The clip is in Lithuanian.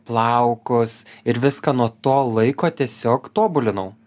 plaukus ir viską nuo to laiko tiesiog tobulinau